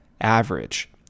average